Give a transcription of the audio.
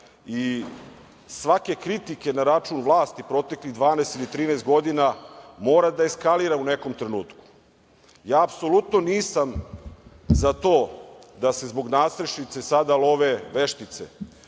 i svake kritike na račun vlasti u proteklih 12 ili 13 godina mora da eskalira u nekom trenutku. Ja apsolutno nisam za to da se zbog nastrešnice sada love veštice,